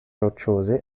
rocciose